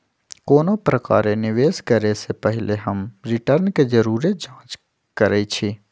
कोनो प्रकारे निवेश करे से पहिले हम रिटर्न के जरुरे जाँच करइछि